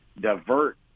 divert